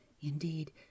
Indeed